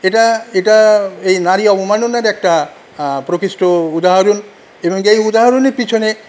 এটা এটা এই নারী অবমাননার একটা প্রকৃষ্ট উদাহরণ যেই উদাহরণের পিছনে